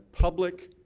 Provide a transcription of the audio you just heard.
public,